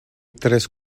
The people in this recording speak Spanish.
tres